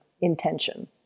intention